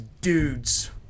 dudes